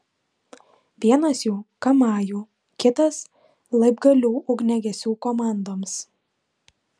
vienas jų kamajų kitas laibgalių ugniagesių komandoms